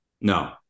No